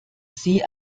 sie